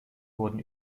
wurden